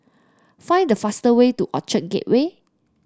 find the fastest way to Orchard Gateway